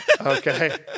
Okay